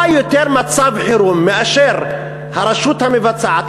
מה יותר מצב חירום מאשר שהרשות המבצעת,